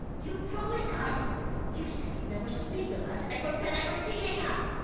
you promised us you said you'd never speak of us, and forget ever seeing us!